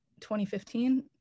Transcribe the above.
2015